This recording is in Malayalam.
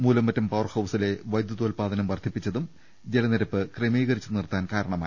മൂലമറ്റും പവർഹൌസിലെ വൈദ്യുതോൽപ്പാദനം വർദ്ധിപ്പിച്ചതും ജലനിരപ്പ് ക്രമീകരിച്ചു നിർത്താൻ കാരണമായി